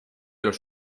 los